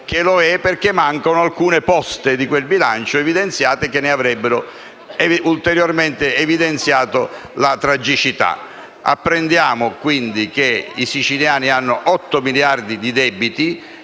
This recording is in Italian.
lo è perché mancano alcune poste che ne avrebbero ulteriormente evidenziato la tragicità. Apprendiamo quindi che i siciliani hanno 8 miliardi di debiti,